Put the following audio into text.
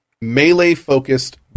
melee-focused